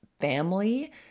family